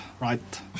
right